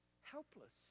Helpless